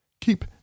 Keep